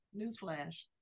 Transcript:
Newsflash